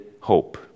hope